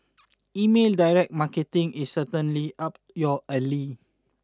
email direct marketing is certainly up your alley